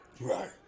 Right